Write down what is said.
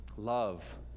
Love